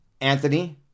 Anthony